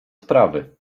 sprawy